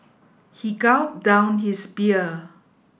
he gulped down his beer